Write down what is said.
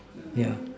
yeah